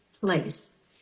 place